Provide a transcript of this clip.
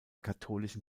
katholischen